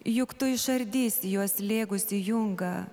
juk tu išardysi juos slėgusį jungą